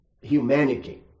humanity